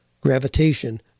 gravitation